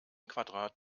quadrat